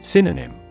Synonym